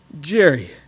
Jerry